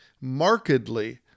markedly